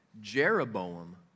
Jeroboam